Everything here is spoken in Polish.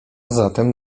zatem